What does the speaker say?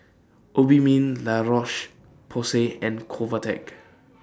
Obimin La Roche Porsay and Convatec